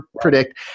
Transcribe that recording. predict